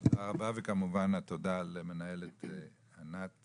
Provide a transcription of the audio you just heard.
תודה רבה, וכמובן התודה למנהלת ענת